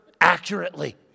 accurately